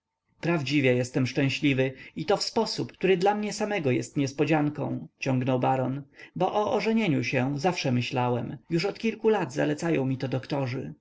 prawdziwie jestem szczęśliwy i to w sposób który dla mnie samego jest niespodzianką ciągnął baron bo o ożenienieniuożenieniu się zawsze myślałem już od kilku lat zalecają mi to doktorzy